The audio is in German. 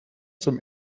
zum